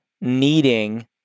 needing